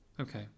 okay